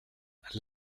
jeunes